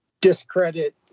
discredit